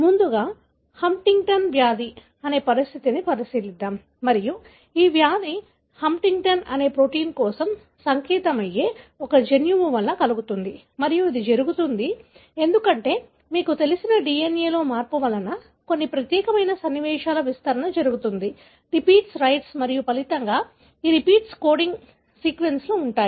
ముందుగా హంటింగ్టన్ వ్యాధి అనే పరిస్థితిని పరిశీలిద్దాం మరియు ఈ వ్యాధి హంటింగ్టిన్ అనే ప్రోటీన్ కోసం సంకేతమయ్యే ఒక జన్యువు వలన కలుగుతుంది మరియు ఇది జరుగుతుంది ఎందుకంటే మీకు తెలిసిన DNA లో మార్పు వలన కొన్ని ప్రత్యేకమైన సన్నివేశాల విస్తరణ జరుగుతుంది రిపీట్స్ రైట్ మరియు ఫలితంగా ఈ రిపీట్స్ కోడింగ్ సీక్వెన్స్లో ఉంటాయి